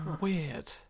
weird